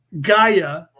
Gaia